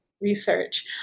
research